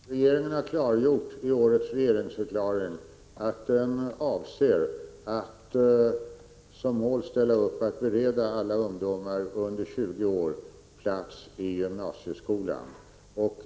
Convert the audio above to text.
Fru talman! Regeringen har klargjort i årets regeringsförklaring att den avser att ställa upp som mål att bereda alla ungdomar under 20 år plats i gymnasieskola.